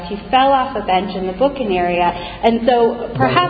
he fell off the bench in the book in the area and so perhaps